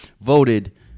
voted